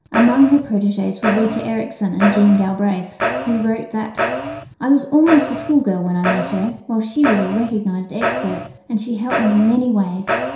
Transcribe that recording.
her proteges were rica ericson and jean galbraith who wrote that i was almost a school girl when i met her, while she was a recognised expert, and she helped me in many ways,